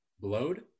Blowed